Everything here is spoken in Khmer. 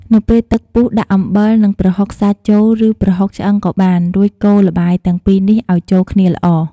នៅពេលទឹកពុះដាក់អំពិល និង ប្រហុកសាច់ចូលឫប្រហុកឆ្អឺងក៏បាន រួចកូរល្បាយទាំងពីរនេះឲ្យចូលគ្នាល្អ។